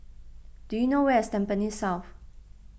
do you know where is Tampines South